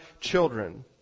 children